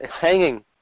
hanging